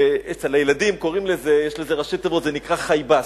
אצל הילדים יש לזה ראשי תיבות, זה נקרא חיב"ס,